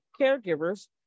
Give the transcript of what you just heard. caregivers